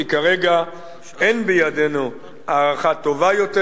כי כרגע אין בידינו הערכה טובה יותר.